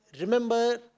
remember